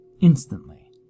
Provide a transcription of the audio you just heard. instantly